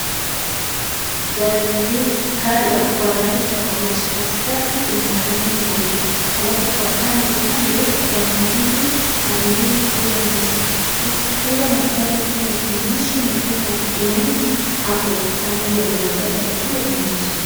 Gari haya kwa rangi tofauti katikati kuna rangi nyeupe alafu kando kando gari mbili ikiwa nyeusi haya magari ikiwa imesimamishwa na kueka laini hapo kando ya barabara ikiwa inauzwa.